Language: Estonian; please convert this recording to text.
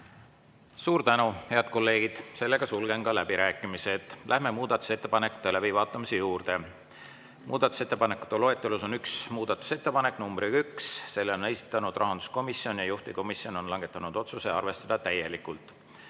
Suur tänu, head kolleegid! Sulgen läbirääkimised. Läheme muudatusettepanekute läbivaatamise juurde. Muudatusettepanekute loetelus on üks muudatusettepanek numbriga 1. Selle on esitanud rahanduskomisjon ja juhtivkomisjon on langetanud otsuse arvestada täielikult.